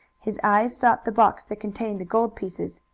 his eyes sought the box that contained the gold pieces.